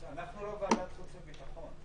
אנחנו לא ועדת חוץ וביטחון.